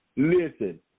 Listen